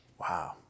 Wow